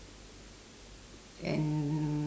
and